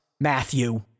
Matthew